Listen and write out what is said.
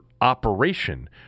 operation